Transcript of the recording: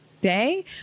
day